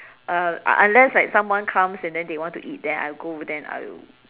uh un~ unless like someone comes and then they want to eat then I go over then I will